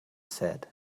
said